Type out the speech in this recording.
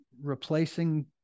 replacing